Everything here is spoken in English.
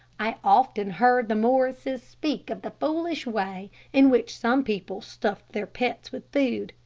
i often heard the morrises speak of the foolish way in which some people stuffed their pets with food,